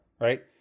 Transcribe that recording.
right